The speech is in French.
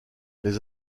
les